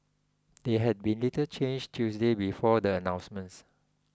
they had been little changed Tuesday before the announcements